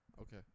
Okay